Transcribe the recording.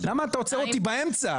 למה אתה עוצר אותי באמצע?